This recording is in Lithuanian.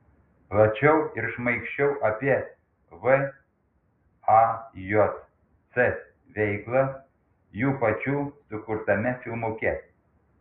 plačiau ir šmaikščiau apie vajc veiklą jų pačių sukurtame filmuke